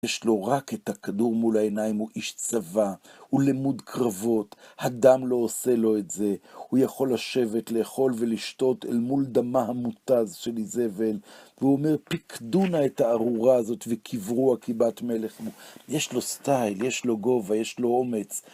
יש לו רק את הכדור מול העיניים, הוא איש צבא, הוא למוד קרבות, הדם לא עושה לו את זה, הוא יכול לשבת, לאכול ולשתות אל מול דמה המותז של איזבל, והוא אומר: פיקדו נא את הארורה הזאת וקיברוה כבת מלך. יש לו סטייל, יש לו גובה, יש לו אומץ.